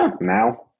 Now